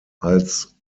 als